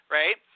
right